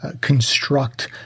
construct